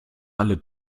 alle